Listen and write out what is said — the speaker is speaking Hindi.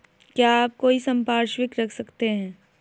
क्या आप कोई संपार्श्विक रख सकते हैं?